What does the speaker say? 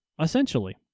essentially